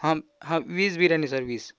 हां हां वीस बिर्याणी सर वीस